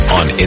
on